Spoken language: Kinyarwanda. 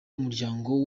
umuryango